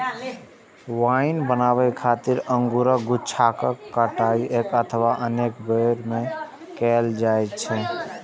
wine बनाबै खातिर अंगूरक गुच्छाक कटाइ एक अथवा अनेक बेर मे कैल जाइ छै